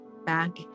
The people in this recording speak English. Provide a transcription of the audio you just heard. back